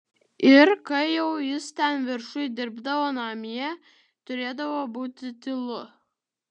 ir kai jau jis ten viršuj dirbdavo namie turėdavo būti tylu